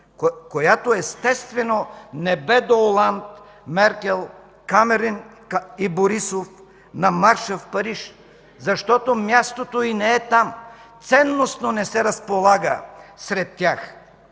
която естествено не бе до Оланд, Меркел, Камерън и Борисов на Марша в Париж, защото мястото й не е там – ценностно не се разполага сред тях.